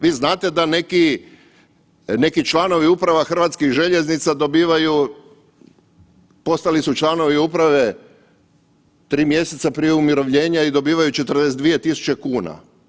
Vi znate da neki članovi uprava Hrvatskih željeznica dobivaju postali su članovi uprave 3 mjeseca prije umirovljenja i dobivaju 42.000 kuna.